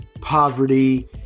poverty